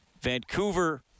Vancouver